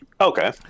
Okay